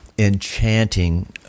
enchanting